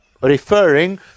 referring